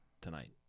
tonight